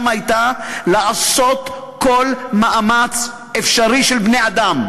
הייתה לעשות כל מאמץ אפשרי של בני-אדם,